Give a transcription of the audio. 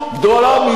זה חבל לשמוע.